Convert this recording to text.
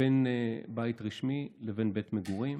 בין בית רשמי לבין בית מגורים,